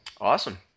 Awesome